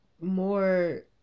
more